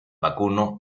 vacuno